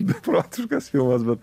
beprotiškas filmas bet